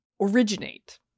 originate